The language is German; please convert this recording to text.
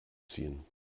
ziehen